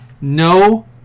No